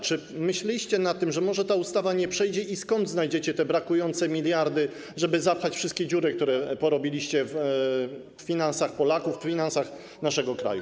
Czy myśleliście nad tym, że może ta ustawa nie przejdzie, i gdzie znajdziecie te brakujące miliardy, żeby zapchać wszystkie dziury, które porobiliście w finansach Polaków, w finansach naszego kraju?